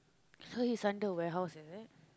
so he is under warehouse is it